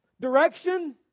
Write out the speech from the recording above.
direction